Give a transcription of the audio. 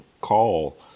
call